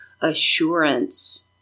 assurance